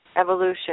evolution